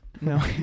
No